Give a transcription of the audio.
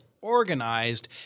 organized